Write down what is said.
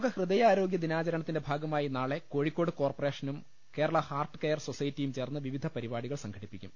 ലോകഹൃദയാരോഗൃ ദിനാചരണത്തിന്റെ ഭാഗമായി നാളെ കോഴിക്കോട് കോർപ്പറേഷനും കേരള ഹാർട്ട് കെയർ സൊസൈറ്റിയും ചേർന്ന് വിവിധ പരിപാടികൾ സംഘടിപ്പിക്കും